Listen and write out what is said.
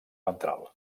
ventral